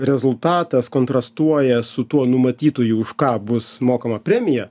rezultatas kontrastuoja su tuo numatytuoju už ką bus mokama premija